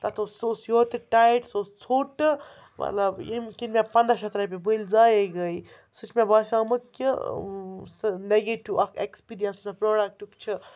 تَتھ اوس سُہ اوس یورٕ تہِ ٹایٹ سُہ اوس ژھوٚٹہٕ مطلب ییٚمۍ کِنۍ مےٚ پنٛدہ شیٚتھ رۄپیہِ بٔلۍ زایے گٔے سُہ چھِ مےٚ باسیٛومُت کہِ سُہ نٔگیٹِو اَکھ اٮ۪کسپیٖرینٕس یَس مےٚ پرٛوڈَکٹُک چھِ